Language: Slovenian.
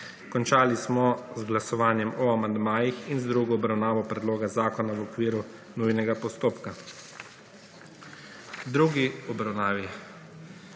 Končali smo z glasovanjem o amandmajih in z drugo obravnavo Predloga zakona v okviru nujnega postopka. V drugi obravnavi